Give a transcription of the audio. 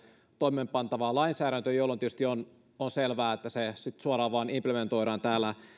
toimeenpantavaa lainsäädäntöä jolloin tietysti on on selvää että se sitten suoraan vain implementoidaan täällä